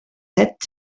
set